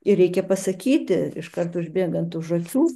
ir reikia pasakyti iškart užbėgant už akių